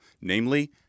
namely